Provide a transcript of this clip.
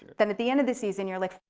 then at the end of the season you're like,